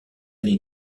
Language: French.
les